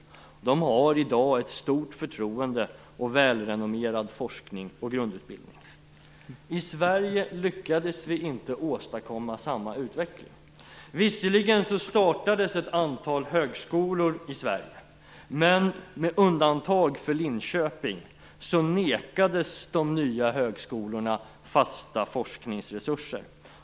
De åtnjuter i dag stort förtroende och har en välrenommerad forskning inom grundutbildningen. I Sverige lyckades vi inte åstadkomma samma utveckling. Visserligen startades ett antal högskolor i Sverige, men - med undantag av Linköping - nekades de nya högskolorna fasta forskningsresurser.